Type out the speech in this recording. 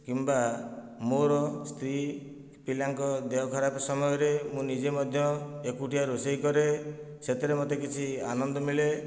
କିମ୍ବା ମୋର ସ୍ତ୍ରୀ ପିଲାଙ୍କ ଦେହ ଖରାପ ସମୟରେ ମୁଁ ନିଜେ ମଧ୍ୟ ଏକୁଟିଆ ରୋଷେଇ କରେ ସେଥିରେ ମୋତେ କିଛି ଆନନ୍ଦ ମିଳେ